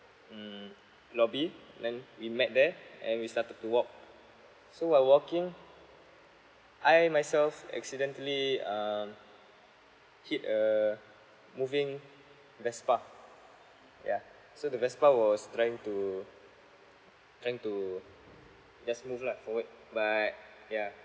mm lobby then we met there and we started to walk so while walking I myself accidentally um hit a moving vespa yeah so the vespa was trying to trying to just move lah forward but yeah